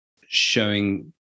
showing